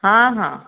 ହଁ ହଁ